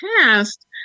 past